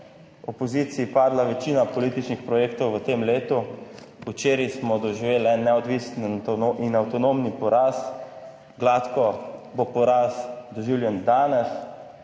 opoziciji padla večina političnih projektov v tem letu. Včeraj smo doživeli en neodvisen in avtonomni poraz. Gladko bo poraz doživljen danes